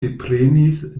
deprenis